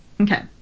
Okay